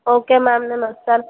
okay ma'am నేను వస్తాను